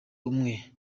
umwe